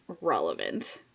relevant